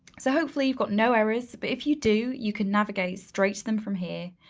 so hopefully, you've got no errors, but if you do, you can navigate straight to them from here.